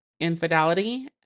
infidelity